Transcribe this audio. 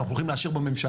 אנחנו הולכים לאשר בממשלה,